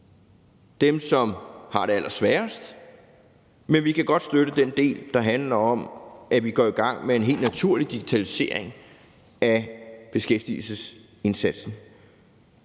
dem, der har det allersværest – men vi kan godt støtte den del, der handler om, at vi går i gang med en helt naturlig digitalisering af beskæftigelsesindsatsen.